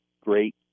great